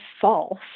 false